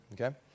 okay